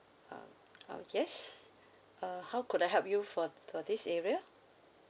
um oh yes uh how could I help you for for this area